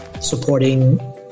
supporting